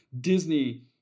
Disney